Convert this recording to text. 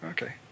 Okay